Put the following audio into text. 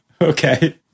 Okay